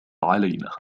علينا